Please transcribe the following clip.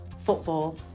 Football